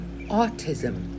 autism